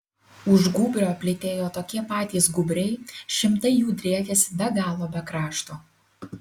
už gūbrio plytėjo tokie patys gūbriai šimtai jų driekėsi be galo be krašto